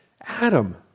Adam